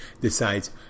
decides